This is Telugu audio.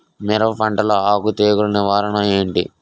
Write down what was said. మిరప పంటలో ఆకు తెగులు నివారణ ఏంటి?